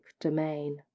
domain